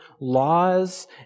laws